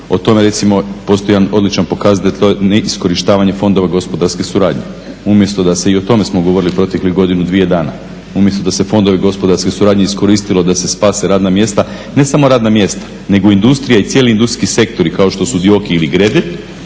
O tome recimo postoji jedan odličan pokazatelj, to je neiskorištavanje fondova gospodarske suradnje. Umjesto da se, i o tome smo govorili proteklih godinu, dvije dana, umjesto da se fondovi gospodarske suradnje iskoristilo da se spase radna mjesta, ne samo radna mjesta nego industrija i cijeli industrijski sektori kao što su DIOKI ili Gredelj,